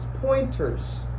pointers